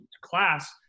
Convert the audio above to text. class